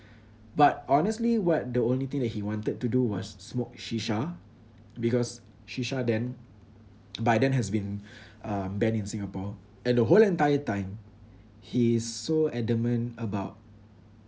but honestly what the only thing that he wanted to do was smoke shisha because shisha then by then has been um banned in Singapore and the whole entire time he's so adamant about